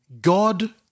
God